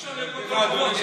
אי-אפשר לרקוד ברחובות,